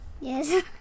Yes